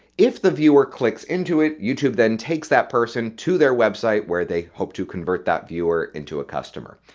if the viewer clicks into it, youtube then takes that person to their website where they hope to convert that viewer into a customer.